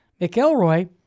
McElroy